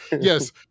Yes